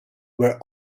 were